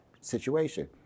situation